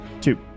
Two